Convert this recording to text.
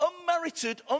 unmerited